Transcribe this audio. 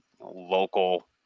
local